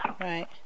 Right